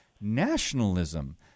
nationalism